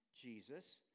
Jesus